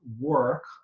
work